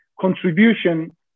contribution